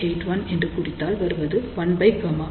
81 எனக் குறித்தால் வருவது 1Γout